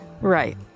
Right